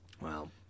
Wow